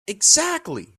exactly